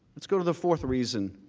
let's go to the fourth reason.